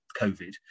COVID